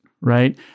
Right